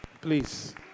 Please